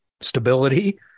stability